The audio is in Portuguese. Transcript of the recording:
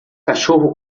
cachorro